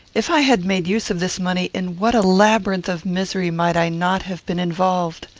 if i had made use of this money, in what a labyrinth of misery might i not have been involved!